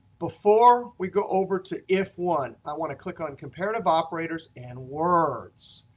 before we go over to if one, i want to click on comparative operators and words.